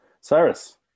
Cyrus